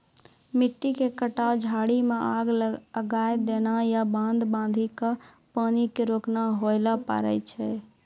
मिट्टी के कटाव, झाड़ी मॅ आग लगाय देना या बांध बांधी कॅ पानी क रोकना होय ल पारै छो